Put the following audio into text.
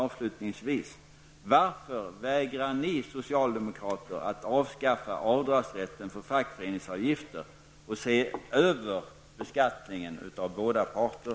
Johansson: Varför vägrar ni socialdemokater att avskaffa avdragsrätten för fackföreningsavgifter och se över beskattningen av båda parter?